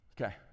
Okay